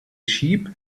sheep